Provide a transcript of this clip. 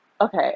okay